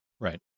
Right